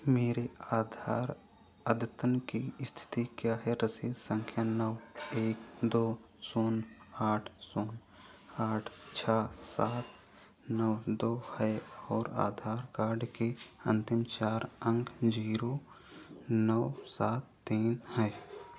मेरे आधार अद्यतन की स्थिति क्या है रसीद संख्या नौ एक दो शून्य आठ शून्य आठ छह सात नौ दो है और आधार कार्ड के अंतिम चार अंक जीरो नौ सात तीन है